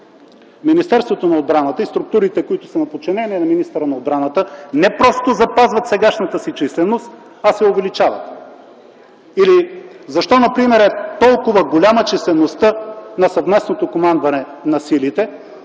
Министерството на отбраната и структурите, които са на подчинение на министъра на отбраната не просто запазват сегашната си численост, а се увеличават? Или, защо например е толкова голяма числеността на съвместното командване на силите